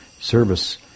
service